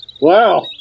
Wow